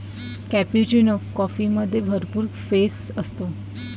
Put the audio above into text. cappuccino कॉफीमध्ये भरपूर फेस असतो